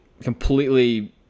completely